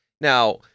Now